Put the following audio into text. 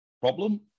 problem